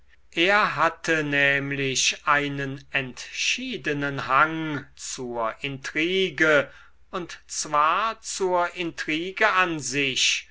er hatte nämlich einen entschiedenen hang zur intrige und zwar zur intrige an sich